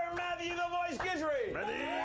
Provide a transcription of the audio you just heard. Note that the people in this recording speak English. matthew the voice guidry!